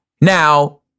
Now